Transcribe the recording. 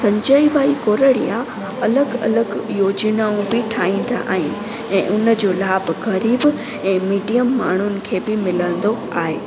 संजय भाई गोरड़िया अलॻि अलॻि योजनाऊं बि ठाहींदा आहिनि ऐं उन जो लाभु ग़रीब ऐं मिडियम माण्हुनि खे बि मिलंदो आहे